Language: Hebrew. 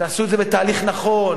תעשו את זה בתהליך נכון,